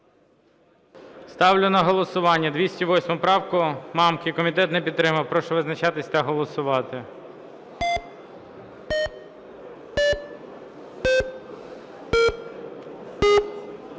Ставлю на голосування 208 правку Мамки. Комітет не підтримав. Прошу визначатись та голосувати.